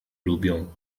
lubią